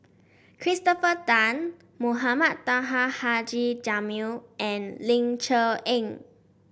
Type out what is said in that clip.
Christopher Tan Mohamed Taha Haji Jamil and Ling Cher Eng